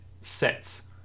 sets